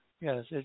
yes